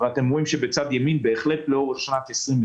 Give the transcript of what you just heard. אתם רואים שבצד ימין בהחלט לאורך שנת 2020